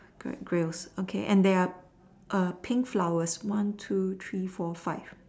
correct grills okay and there are err pink flowers colours one two three four five